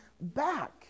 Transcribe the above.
back